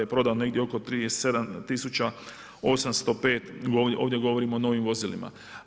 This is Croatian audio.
prodano negdje oko 37805, ovdje govorimo o novim vozilima.